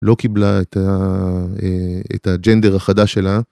לא קיבלה את הג'נדר החדש שלה.